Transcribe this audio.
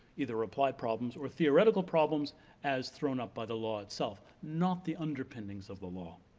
either applied problems or theoretical problems as thrown up by the law itself, not the underpinnings of the law.